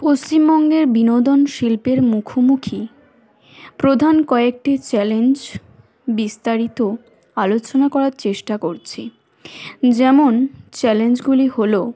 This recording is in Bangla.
পশ্চিমবঙ্গের বিনোদন শিল্পের মুখোমুখি প্রধান কয়েকটি চ্যালেঞ্জ বিস্তারিত আলোচনা করার চেষ্টা করছি যেমন চ্যালেঞ্জগুলি হল